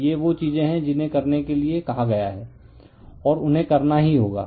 तो ये वो चीज़ें हैं जिन्हें करने के लिए कहा गया है और उन्हें करना ही होगा